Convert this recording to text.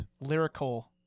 lyrical